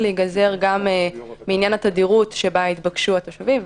להיגזר גם מעניין התדירות שבה יתבקשו התושבים,